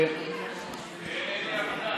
אפשר להצביע מפה?